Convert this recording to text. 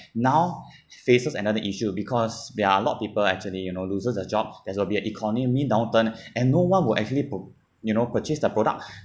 now faces another issue because there are a lot of people actually you know loses their jobs there's will be at economy downturn and no one will actually po~ you know purchase the products